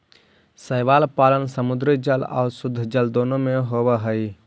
शैवाल पालन समुद्री जल आउ शुद्धजल दोनों में होब हई